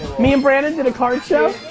me and brandon did a card show.